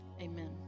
Amen